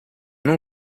non